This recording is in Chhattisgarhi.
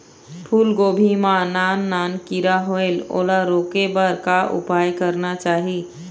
फूलगोभी मां नान नान किरा होयेल ओला रोके बर का उपाय करना चाही?